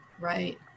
Right